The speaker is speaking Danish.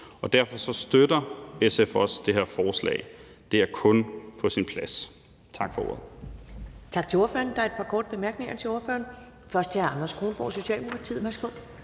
Derfor støtter SF også det her forslag. Det er kun på sin plads.